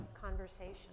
conversation